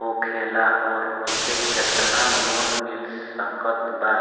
होखेला और ओसे केतना लोन मिल सकत बा?